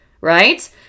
right